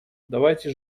давайте